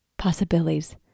Possibilities